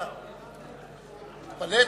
אה, התפלאתי.